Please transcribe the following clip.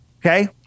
okay